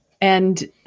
and-